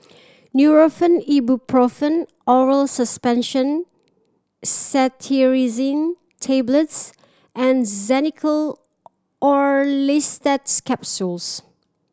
Nurofen Ibuprofen Oral Suspension Cetirizine Tablets and Xenical Orlistat Capsules